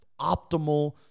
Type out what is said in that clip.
optimal